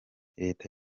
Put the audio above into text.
leta